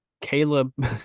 Caleb